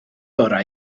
orau